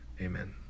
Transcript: Amen